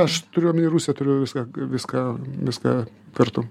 aš turiu omeny rusiją turiu viską viską viską kartu